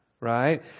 Right